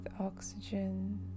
oxygen